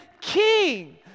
King